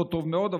לא טוב מאוד,